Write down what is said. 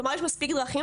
כלומר יש מספיק דרכים.